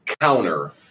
counter